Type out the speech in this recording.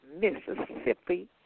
Mississippi